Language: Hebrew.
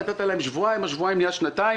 נתת להם שבועיים, אך השבועיים נהיה שנתיים.